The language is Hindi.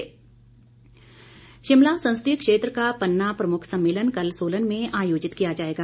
पन्ना प्रमुख शिमला संसदीय क्षेत्र का पन्ना प्रमुख सम्मेलन कल सोलन में आयोजित किया जाएगा